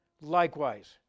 likewise